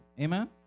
Amen